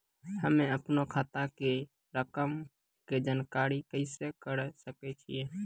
हम्मे अपनो खाता के रकम के जानकारी कैसे करे सकय छियै?